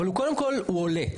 אבל קודם כל הוא עולה.